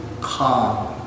calm